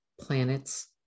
planets